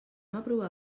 aprovar